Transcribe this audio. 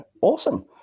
Awesome